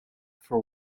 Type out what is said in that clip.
for